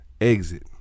exit